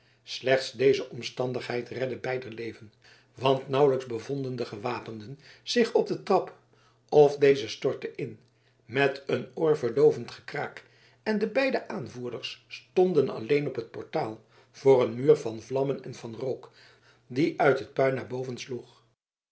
slechts deze omstandigheid redde beider leven want nauwelijks bevonden de gewapenden zich op de trap of deze stortte in met een oorverdoovend gekraak en de beide aanvoerders stonden alleen op het portaal voor een muur van vlammen en van rook die uit het puin naar boven sloeg